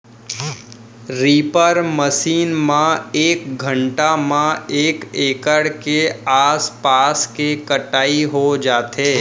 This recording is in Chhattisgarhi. रीपर मसीन म एक घंटा म एक एकड़ के आसपास के कटई हो जाथे